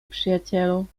przyjacielu